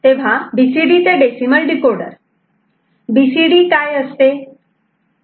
तर बीसीडी ते decimal decoder BCD काय असते